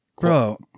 Bro